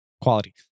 Quality